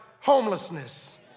homelessness